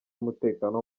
umutekano